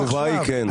התשובה היא כן.